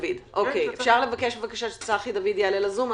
אפשר לבקש שצחי דוד יעלה לזום?